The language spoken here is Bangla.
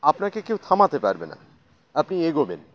আপনাকে কেউ থামাতে পারবে না আপনি এগোবেন